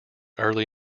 early